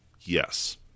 Yes